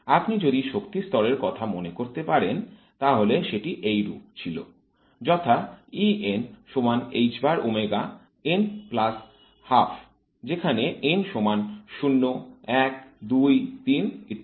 আপনি যদি শক্তিস্তরের কথা মনে করতে পারেন তাহলে সেটি এইরূপ ছিল যথা যেখানে n সমান 0 1 2 3 ইত্যাদি